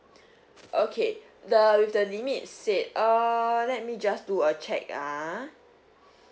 okay the with the limit said err let me just do a check ah